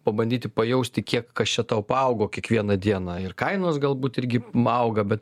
pabandyti pajausti kiek kas čia tau paaugo kiekvieną dieną ir kainos galbūt irgi auga bet